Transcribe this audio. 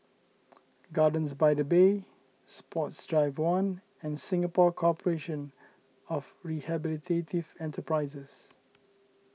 Gardens by the Bay Sports Drive one and Singapore Corporation of Rehabilitative Enterprises